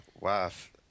wife